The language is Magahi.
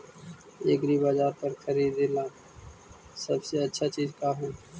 एग्रीबाजार पर खरीदने ला सबसे अच्छा चीज का हई?